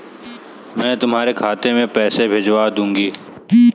मैं तुम्हारे खाते में पैसे भिजवा दूँगी